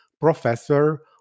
professor